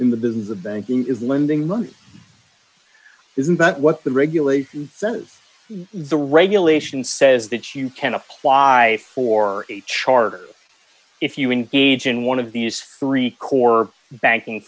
in the business of banking is lending money isn't that what the regulation says the regulation says that you can apply for a charter if you engage in one of these three core banking